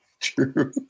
True